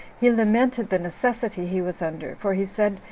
he lamented the necessity he was under for he said,